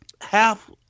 half